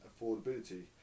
affordability